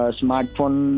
smartphone